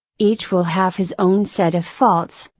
each will have his own set of faults,